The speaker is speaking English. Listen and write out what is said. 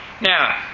Now